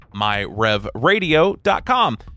MyRevRadio.com